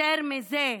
יותר מזה,